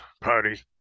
party